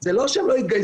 זה לא שהם לא התגייסו,